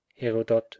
Herodot